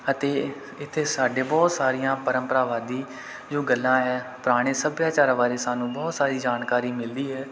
ਅਤੇ ਇੱਥੇ ਸਾਡੇ ਬਹੁਤ ਸਾਰੀਆਂ ਪਰੰਪਰਾਵਾਦੀ ਜੋ ਗੱਲਾਂ ਹੈ ਪੁਰਾਣੇ ਸੱਭਿਆਚਾਰਾਂ ਬਾਰੇ ਸਾਨੂੰ ਬਹੁਤ ਸਾਰੀ ਜਾਣਕਾਰੀ ਮਿਲਦੀ ਹੈ